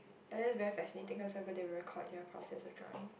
ya that's very fascinating cause people they will record their process of drawing